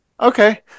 okay